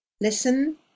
Listen